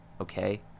okay